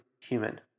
human